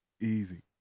Easy